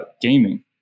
gaming